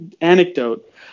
anecdote